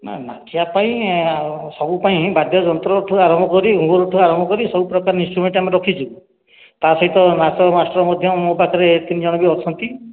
ନାଁ ନାଚିବା ପାଇଁ ସବୁ ପାଇଁ ବାଦ୍ୟ ଯନ୍ତ୍ରଠୁ ଆରମ୍ଭ କରି ଘୁଂଙ୍ଗରୁଠୁ ଆରମ୍ଭ କରି ସବୁ ପ୍ରକାର ଇନଷ୍ଟ୍ରୁମେଣ୍ଟ ଆମେ ରଖିଛୁ ତା ସହିତ ନାଚ ମାଷ୍ଟର ମଧ୍ୟ ମୋ ପାଖରେ ତିନି ଜଣ ବି ଅଛନ୍ତି